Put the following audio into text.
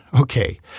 Okay